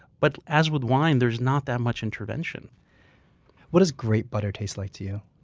but as with wine, there's not that much intervention what does great butter taste like to you?